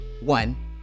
One